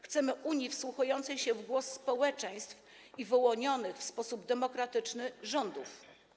Chcemy Unii wsłuchującej się w głos społeczeństw i wyłonionych w sposób demokratyczny rządów.